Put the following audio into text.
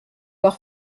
leur